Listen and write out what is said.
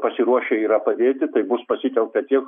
pasiruošę yra padėti tai bus pasitelkta teik